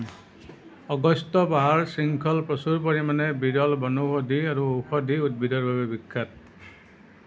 অগস্ত্য পাহাৰ শৃংখল প্ৰচুৰ পৰিমাণে বিৰল বনৌষধি আৰু ঔষধি উদ্ভিদৰ বাবে বিখ্যাত